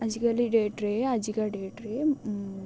ଆଜିକାଲି ଡେଟ୍ରେ ଆଜିକା ଡେଟ୍ରେ